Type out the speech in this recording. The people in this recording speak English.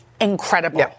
incredible